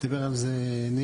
דיבר על זה ניר,